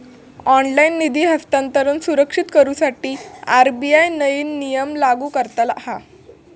online निधी हस्तांतरण सुरक्षित करुसाठी आर.बी.आय नईन नियम लागू करता हा